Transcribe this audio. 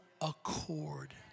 accord